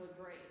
agree